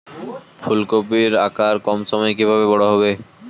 ফুলকপির আকার কম সময়ে কিভাবে বড় হবে?